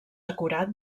acurat